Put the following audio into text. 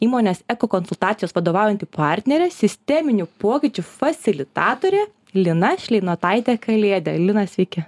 įmonės eko konsultacijos vadovaujanti partnerė sisteminių pokyčių fasilitatorė lina šleinotaitė kalėdė lina sveiki